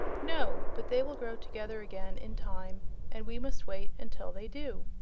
no but they will grow together again, in time, and we must wait until they do.